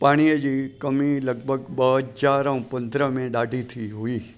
पाणीअ जी कमी लॻभॻि ॿ हज़ार ऐं प्रंद्रहां में ॾाढी थी हुई